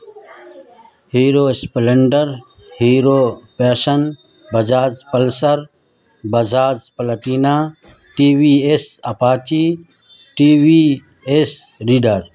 hero splendor hero passion Bajaj pulsar Bajaj Platina TVS apache TVS rider